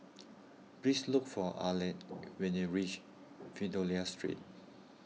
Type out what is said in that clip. please look for Alek when you reach Fidelio Street